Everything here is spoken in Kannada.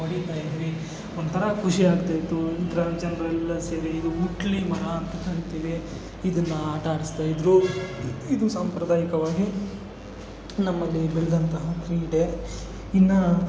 ಹೊಡಿತಾಯಿದ್ವಿ ಒಂಥರ ಖುಷಿ ಆಗ್ತಾಯಿತ್ತು ಜನರೆಲ್ಲ ಸೇರಿ ಇದು ಮುಟ್ಲಿನ ಮರ ಅಂತ ಕರಿತೀವಿ ಇದನ್ನು ಆಟ ಆಡಿಸ್ತಾಯಿದ್ರು ಇದು ಸಾಂಪ್ರದಾಯಿಕವಾಗಿ ನಮ್ಮಲ್ಲಿ ಬೆಳೆದಂತಹ ಕ್ರೀಡೆ ಇನ್ನೂ